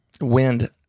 Wind